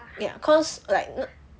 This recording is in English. ya cause like n~